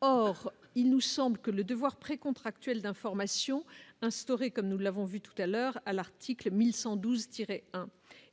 or il nous semble que Le Devoir précontractuel d'information instaurer comme nous l'avons vu tout à l'heure à l'article 1112 Tiret